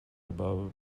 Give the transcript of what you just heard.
about